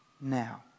now